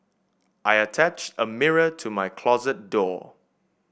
I attached a mirror to my closet door